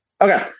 Okay